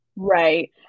right